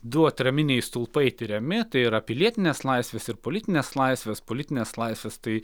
du atraminiai stulpai tiriami tai yra pilietinės laisvės ir politinės laisvės politinės laisvės tai